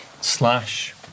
slash